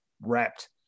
wrapped